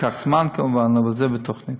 ייקח זמן, כמובן, אבל זה בתוכנית.